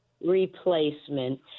replacement